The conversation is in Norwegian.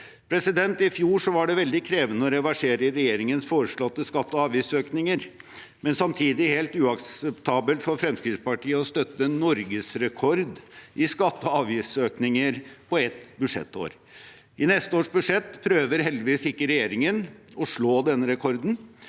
hverdag. I fjor var det veldig krevende å reversere regjeringens foreslåtte skatte- og avgiftsøkninger, men samtidig helt uakseptabelt for Fremskrittspartiet å støtte en norgesrekord i skatte- og avgiftsøkninger i løpet av ett budsjettår. I neste års budsjett prøver heldigvis ikke regjeringen å slå denne rekorden,